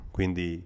Quindi